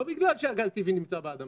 לא בגלל שהגז הטבעי נמצא באדמה,